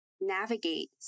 navigate